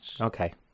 Okay